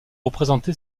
représenté